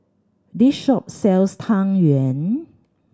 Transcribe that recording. this shop sells Tang Yuen